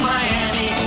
Miami